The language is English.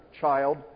child